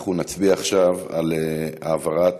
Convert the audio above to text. אנחנו נצביע עכשיו על העברת